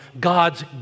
God's